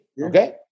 Okay